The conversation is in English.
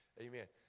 amen